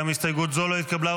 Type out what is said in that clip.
גם הסתייגות זו לא התקבלה.